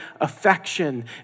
affection